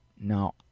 now